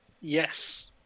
Yes